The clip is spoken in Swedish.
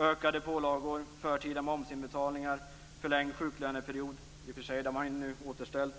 Ökade pålagor, förtida momsinbetalningar, förlängd sjuklöneperiod - i och för sig nu återställd